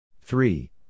three